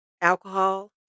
alcohol